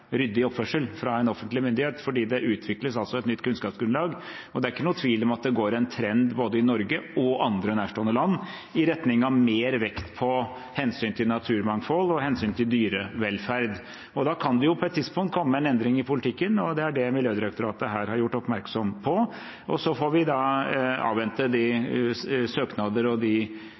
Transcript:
ryddig oppførsel fra en offentlig myndighet, fordi det altså utvikles et nytt kunnskapsgrunnlag. Det er ikke noen tvil om at det går en trend i både Norge og andre nærstående land i retning av mer vekt på hensyn til naturmangfold og hensyn til dyrevelferd. Da kan det på et tidspunkt komme en endring i politikken, og det er det Miljødirektoratet her har gjort oppmerksom på. Vi får avvente de søknader og